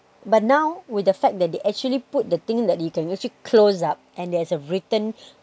but now with the fact that they actually put the thing that you can actually close up and there is a written